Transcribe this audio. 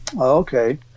Okay